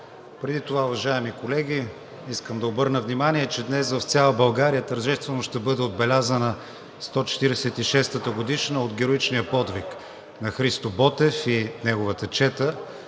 Преди това, уважаеми колеги, искам да обърна внимание, че днес в цяла България тържествено ще бъде отбелязана 146 ата годишнина от героичния подвиг на Христо Ботев и неговата чета.